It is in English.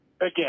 Again